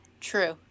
True